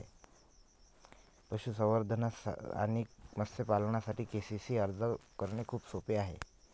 पशुसंवर्धन आणि मत्स्य पालनासाठी के.सी.सी साठी अर्ज करणे खूप सोपे आहे